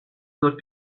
dört